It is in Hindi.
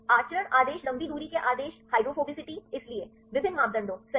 आचरण आदेश लंबी दूरी के आदेश हाइड्रोफोबिसिटी इसलिए विभिन्न मापदंडों सही